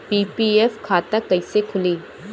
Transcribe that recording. PPF खाता कैसे खुली?